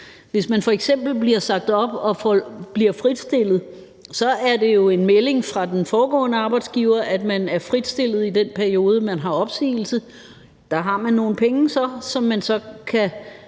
Hvis man f.eks. bliver sagt op og bliver fritstillet, er det jo en melding fra den foregående arbejdsgiver, at man er fritstillet i den periode, man har opsigelse. Der har man så nogle penge, som man kan